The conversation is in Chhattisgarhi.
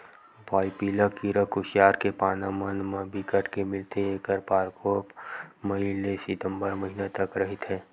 पाइपिला कीरा कुसियार के पाना मन म बिकट के मिलथे ऐखर परकोप मई ले सितंबर महिना तक रहिथे